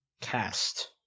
Cast